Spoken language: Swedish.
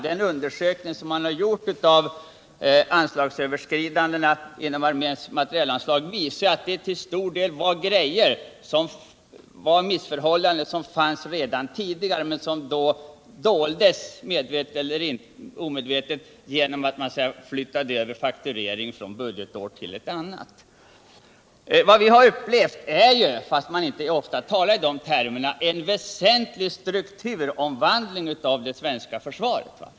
Den undersökning som gjorts av anslagsöverskridandena inom arméns materielanslag visar att de till stor del gällde tidigare förhållanden som doldes medvetet eller omedvetet genom att faktureringen så att säga flyttades över från ett budgetår till ett annat. Vad vi upplevt är — fast vi inte orta talar i de termerna — en väsentlig strukturomvandling av det svenska försvaret.